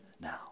now